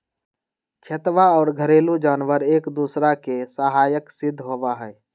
खेतवा और घरेलू जानवार एक दूसरा के सहायक सिद्ध होबा हई